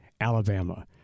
Alabama